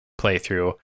playthrough